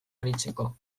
aritzeko